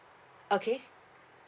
okay